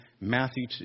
Matthew